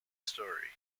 story